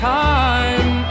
time